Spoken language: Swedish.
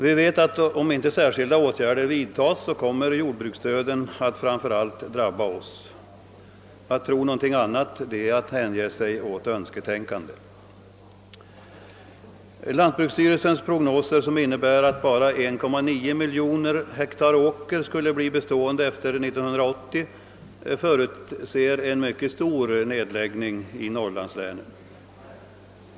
Vi vet att om inte särskilda åtgärder vidtas, så kommer jordbruksdöden att framför allt drabba oss. Att tro någonting annat är att hänge sig åt önsketänkande. Lantbruksstyrelsens prognoser, som innebär att endast 1,9 miljoner ha åker skulle bli bestående efter år 1980, förutser en mycket stor nedläggning i norrlandslänen.